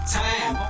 time